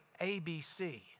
ABC